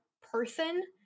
person